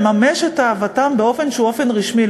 לממש את אהבתם באופן שהוא אופן רשמי,